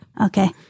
Okay